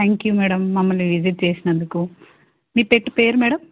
thank you madam మమ్మల్ని visit చేసినందుకు మీ పెట్ పేరు మేడమ్